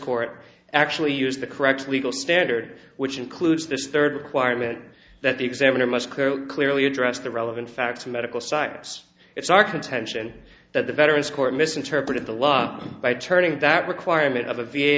court actually used the correct legal standard which includes this third acquirement that the examiner must clearly address the relevant facts medical science it's our contention that the veterans court misinterpreted the law by turning that requirement of a v